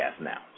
now